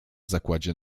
zakładzie